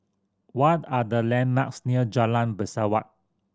what are the landmarks near Jalan Pesawat